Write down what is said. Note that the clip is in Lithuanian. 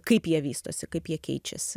kaip jie vystosi kaip jie keičiasi